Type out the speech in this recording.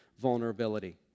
vulnerability